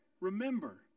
Remember